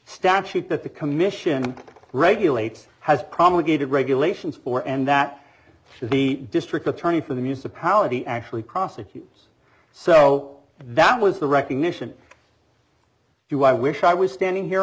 statute that the commission regulates has promulgated regulations for and that the district attorney for the municipality actually prosecutes so that was the recognition do i wish i was standing here